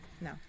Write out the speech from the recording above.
No